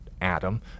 adam